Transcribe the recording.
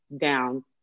down